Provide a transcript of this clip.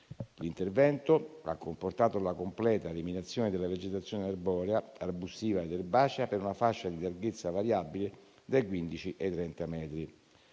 L'intervento ha comportato la completa eliminazione della vegetazione arborea, arbustiva ed erbacea per una fascia di larghezza variabile dai 15 ai 30 metri.